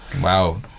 wow